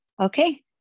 Okay